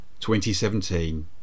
2017